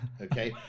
Okay